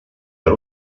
per